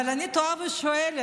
אבל אני תוהה ושואלת